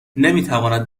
نمیتواند